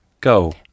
Go